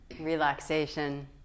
relaxation